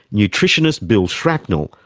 nutritionist bill shrapnel,